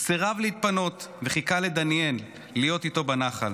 הוא סירב להתפנות וחיכה לדניאל, להיות איתו בנח"ל,